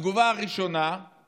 התגובה הראשונה היא